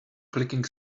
clicking